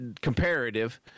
comparative